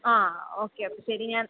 ആ ഓക്കെ അപ്പോൾ ശരി ഞാൻ